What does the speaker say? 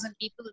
people